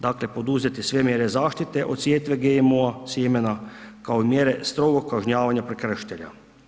Dakle, poduzeti sve mjere zaštite od sjetve GMO-a sjemena kao i mjere strogog kažnjavanja prekršitelja.